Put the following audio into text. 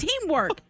teamwork